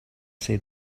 say